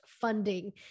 funding